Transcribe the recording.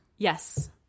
Yes